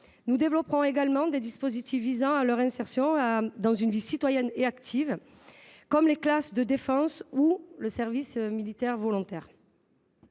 nous développerons également des dispositifs visant leur insertion dans une vie citoyenne et active, comme les classes de défense ou le service militaire volontaire.